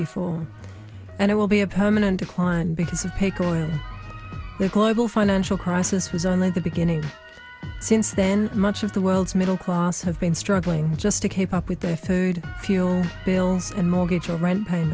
before and it will be a permanent decline because of peco and the global financial crisis was only the beginning since then much of the world's middle class have been struggling just to keep up with their food fuel bills and mortgage or rent pa